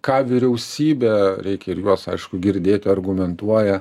ką vyriausybė reikia ir juos aišku girdėti argumentuoja